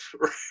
right